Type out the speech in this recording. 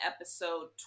episode